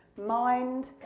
mind